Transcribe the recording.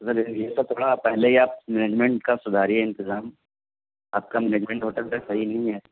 اگر یہ سب تھوڑا پہلے ہی آپ مینجمنٹ کا سدھاریے انتظام آپ کا مینجمنٹ ہوٹل کا صحیح نہیں ہے